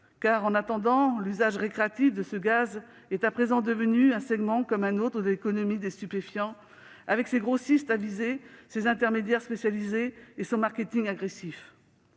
En attendant, l'usage récréatif de ce gaz est à présent devenu un segment comme un autre de l'économie des stupéfiants, avec ses grossistes avisés, ses intermédiaires spécialisés et son marketing agressif.